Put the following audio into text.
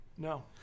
No